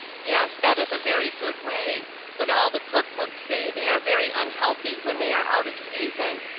yes, that is a very good way but all the cook-books say they are very unhealthy when they are out of season.